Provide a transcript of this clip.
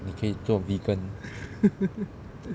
你可以做 vegan